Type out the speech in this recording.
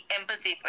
empathy